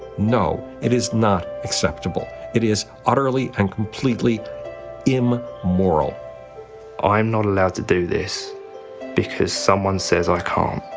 no. it is not acceptable. it is utterly and completely um im-moral. i'm not allowed to do this because someone says i can't.